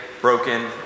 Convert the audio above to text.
broken